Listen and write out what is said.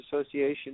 Association